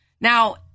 now